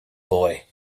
boy